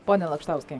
pone lakštauskai